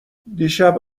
دیشب